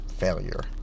failure